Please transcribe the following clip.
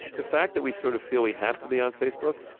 the fact that we sort of feel we have to be on facebook,